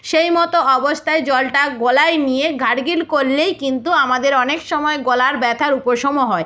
সেই মতো অবস্থায় জলটা গলায় নিয়ে গার্গল করলেই কিন্তু আমাদের অনেক সময় গলার ব্যথার উপশমও হয়